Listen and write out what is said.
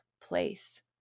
place